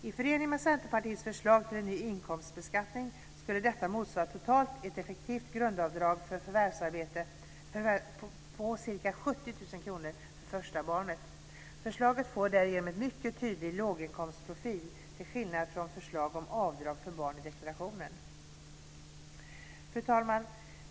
I förening med Centerpartiets förslag till ny inkomstbeskattning skulle detta motsvara totalt ett effektivt grundavdrag för förvärvsarbete på ca 70 000 kr för första barnet. Förslaget får därigenom en mycket tydlig låginkomsttagarprofil till skillnad från förslag om avdrag för barn i deklarationen. Fru talman!